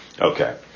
okay